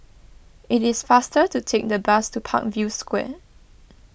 it is faster to take the bus to Parkview Square